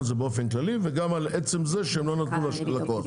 הזה באופן כללי וגם על עצם זה שהם לא נתנו ללקוח.